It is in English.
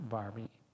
Barbie